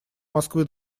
москвы